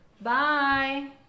Bye